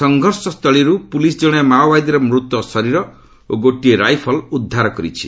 ସଂଘର୍ଷ ସ୍ଥଳୀରୁ ପୁଲିସ୍ ଜଣେ ମାଓବାଦୀର ମୃତ ଶରୀର ଓ ଗୋଟିଏ ରାଇଫଲ୍ ଉଦ୍ଧାର କରିଛି